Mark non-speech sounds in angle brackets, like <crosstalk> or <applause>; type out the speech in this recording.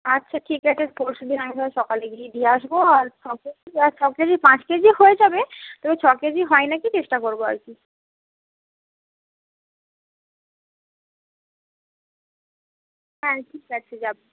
আচ্ছা ঠিক আছে পরশু দিন আমি তোমায় সকালে গিয়েই দিয়ে আসবো আর ছ কেজি <unintelligible> পাঁচ কেজি হয়ে যাবে তবে ছ কেজি হয় না কি চেষ্টা করবো আর কি হ্যাঁ ঠিক আছে যাবো